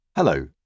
Hello